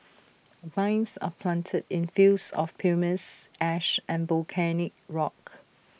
vines are planted in fields of pumice ash and volcanic rock